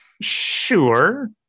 sure